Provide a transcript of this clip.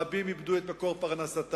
רבים איבדו את מקור פרנסתם,